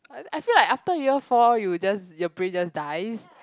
I feel like after year four you will just your present die